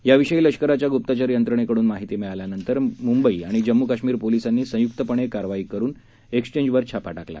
याविषयी लष्कराच्या गुप्तचर यंत्रणेकडून माहिती मिळाल्यानंतर मुंबई आणि जम्मू काश्मीर पोलीसांनी संयुक्तपणे या टेलिफोन एक्स्चेंजवर छापा टाकला